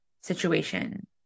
situation